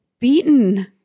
beaten